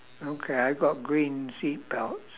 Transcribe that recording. okay I've got green seat belts